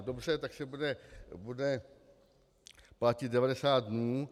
Dobře, takže bude platit 90 dnů.